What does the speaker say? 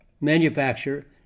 manufacture